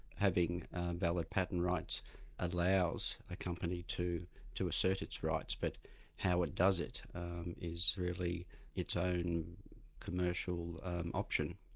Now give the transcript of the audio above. having valid patent rights allows a company to to assert its rights, but how it does it is really its own commercial option.